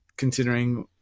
Considering